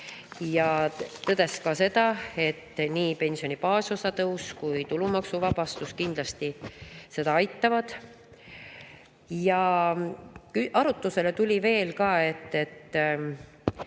Ta tõdes ka seda, et nii pensioni baasosa tõus kui ka tulumaksuvabastus kindlasti aitavad kaasa. Arutusele tuli veel see, et